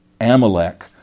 Amalek